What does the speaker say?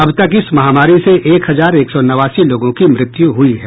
अब तक इस महामारी से एक हजार एक सौ नवासी लोगों की मृत्यु हुई है